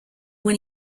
when